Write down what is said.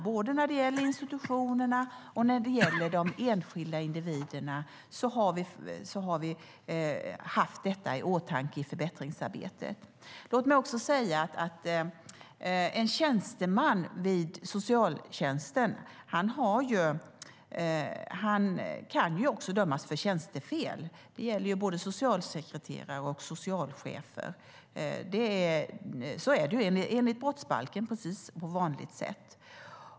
Både när det gäller institutionerna och de enskilda individerna har vi haft det i åtanke i samband med förbättringsarbetet. En tjänsteman vid socialtjänsten kan ju dömas för tjänstefel. Det gäller både socialsekreterare och socialchefer. De kan dömas enligt brottsbalken på vanligt sätt.